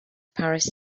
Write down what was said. paris